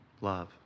love